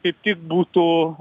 kaip tik būtų